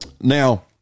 Now